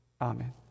Amen